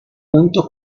junto